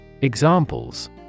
Examples